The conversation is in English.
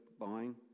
buying